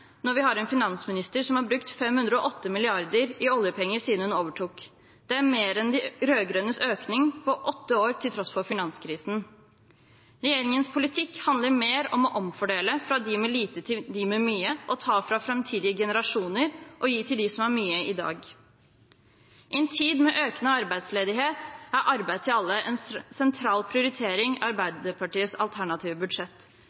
når vi har en finansminister som har brukt 508 mrd. kr av oljepengene siden hun overtok. Det er mer enn de rød-grønnes økning på åtte år, til tross for finanskrisen. Regjeringas politikk handler mer om å omfordele fra dem med lite til dem med mye, å ta fra framtidige generasjoner og gi til dem som har mye i dag. I en tid med økende arbeidsledighet er arbeid til alle en sentral prioritering i Arbeiderpartiets alternative budsjett.